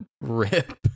rip